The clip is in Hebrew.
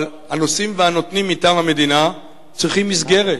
אבל, הנושאים והנותנים מטעם המדינה צריכים מסגרת.